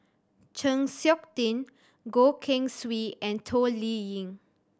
Chng Seok Tin Goh Keng Swee and Toh Liying